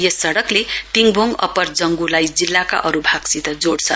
यस सडकले तिङभोङ अप्पर जङ्ग्लाई जिल्लाका अरू भागसित जोड़छ